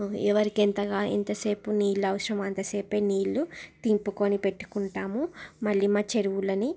ఎవరికి ఎంత కా ఎంతసేపు నీళ్ళు అవసరమో అంతసేపే నీళ్ళు దింపుకుని పెట్టుకుంటాము మళ్ళీ మా చెరువులని